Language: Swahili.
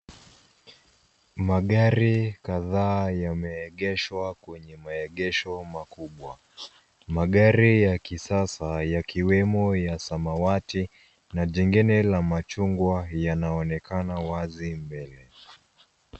Magari kadhaa yameegeshwa kwenye maegesho makubwa. Magari ya kisasa yakiwemo ya samawati na jingine la machungwa yanaonekana wazi mbele.